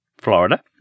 florida